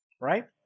Right